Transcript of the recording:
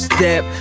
Step